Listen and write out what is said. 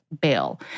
bail